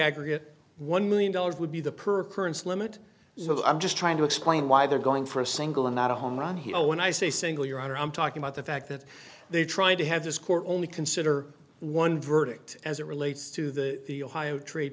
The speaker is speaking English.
aggregate one million dollars would be the per currents limit so i'm just trying to explain why they're going for a single and not a homerun hero when i say single your honor i'm talking about the fact that they tried to have this court only consider one verdict as it relates to the the ohio trade